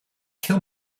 kill